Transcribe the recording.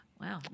Wow